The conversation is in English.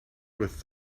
with